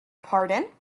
pardon